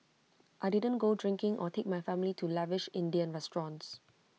I didn't go drinking or take my family to lavish Indian restaurants